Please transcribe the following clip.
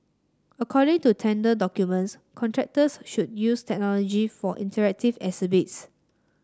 according to tender documents contractors should use technology for interactive exhibits